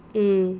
mm